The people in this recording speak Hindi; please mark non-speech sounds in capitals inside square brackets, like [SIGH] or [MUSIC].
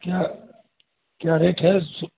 [UNINTELLIGIBLE] क्या रेट है स